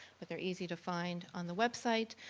but they're easy to find on the website.